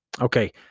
Okay